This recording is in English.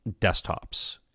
desktops